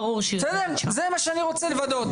בסדר זה מה שאני רוצה לוודאות.